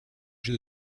jeu